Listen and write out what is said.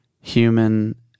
human